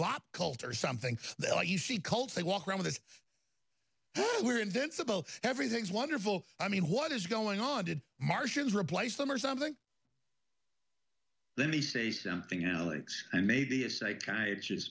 bob cult or something that you see cults they walk around with is we're invincible everything's wonderful i mean what is going on did martians replace them or something let me say something alex and maybe a psychiatrist